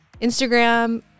Instagram